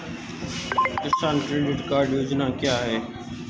किसान credit card योजना क्या है?